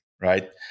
right